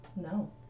No